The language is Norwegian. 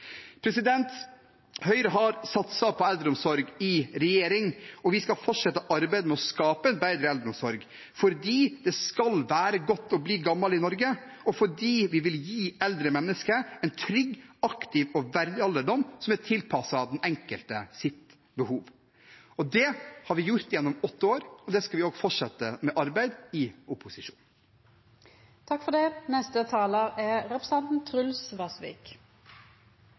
Høyre har i regjering satset på eldreomsorg, og vi skal fortsette arbeidet med å skape en bedre eldreomsorg – fordi det skal være godt å bli gammel i Norge, og fordi vi vil gi eldre mennesker en trygg, aktiv og verdig alderdom som er tilpasset den enkeltes behov. Det har vi gjort gjennom åtte år, og det arbeidet skal vi fortsette med i opposisjon. Vår felles offentlige helsetjeneste skal være tilgjengelig for